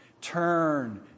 turn